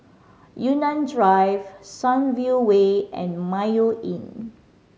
Yunnan Drive Sunview Way and Mayo Inn